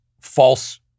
false